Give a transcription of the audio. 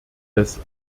des